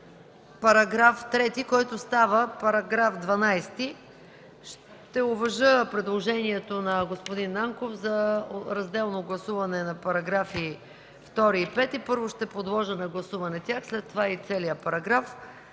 на § 3, който става § 12. Ще уважа предложението на господин Нанков за разделно гласуване на параграфи 2 и 5. Първо ще подложа на гласуване тях, а след това и целия параграф.